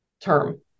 term